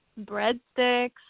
breadsticks